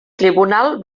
tribunal